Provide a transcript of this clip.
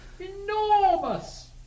Enormous